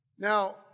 Now